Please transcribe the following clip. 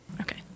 Okay